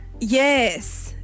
Yes